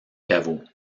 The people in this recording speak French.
caveau